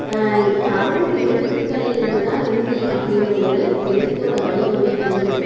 தமிழ் எழுத்துக்களிலிருந்து தான் இந்தி அப்படிங்கிற ஒரு எழுத்தோட வடிவமே வந்துருக்கு